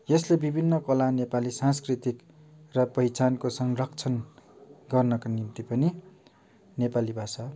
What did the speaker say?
यसले विभिन्न कला नेपाली सांस्कृतिक र पहिचानको संरक्षण गर्नका निम्ति पनि नेपाली भाषा